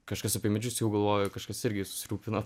kažkas apie medžius jau galvoja kažkas irgi susirūpino